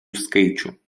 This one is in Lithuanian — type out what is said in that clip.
skaičių